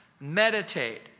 Meditate